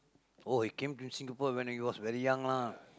oh he came to Singapore when he was very young lah